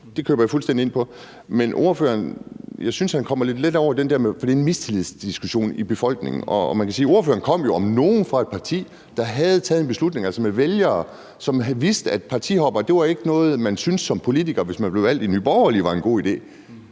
Det køber jeg fuldstændig ind på. Men jeg synes, ordføreren kommer lidt let hen over det. For det er en mistillidsdiskussion i befolkningen, og man kan jo sige, at ordføreren om nogen kom fra et parti, der havde taget en beslutning, altså med vælgere, som vidste, at partihoppere ikke var noget, som man som politiker, hvis man blev valgt i Nye Borgerlige, syntes var en god idé.